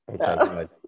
Okay